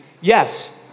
yes